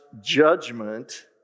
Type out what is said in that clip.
judgment